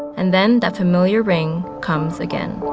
and then that familiar ring comes again